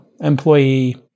employee